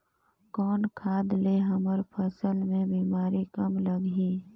कौन खाद ले हमर फसल मे बीमारी कम लगही?